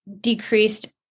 decreased